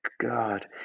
God